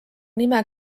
nime